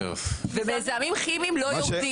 ומזהמים כימיים לא יורדים.